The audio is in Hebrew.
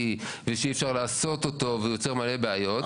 ושאי אפשר לעשות אותו והוא יוצר מלא בעיות.